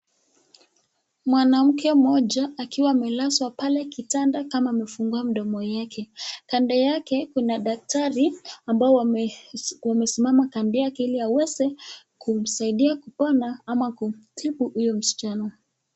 Mwanamke moja akiwa amelaswa pale kitanda kama amefungua mdomo wake kando yake kuna daktari ambao wamesimama kando yake hili wweze kumsaidia kua na ama kumtibu huyo msichana.